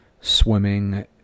swimming